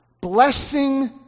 Blessing